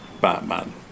Batman